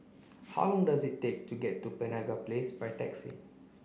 how long does it take to get to Penaga Place by taxi